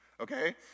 okay